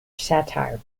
satire